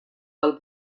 del